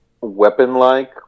weapon-like